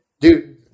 Dude